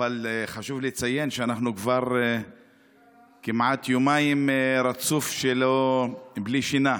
חשוב לציין שכבר כמעט יומיים רצוף אנחנו בלי שינה.